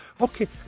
Okay